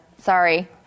Sorry